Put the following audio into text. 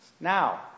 Now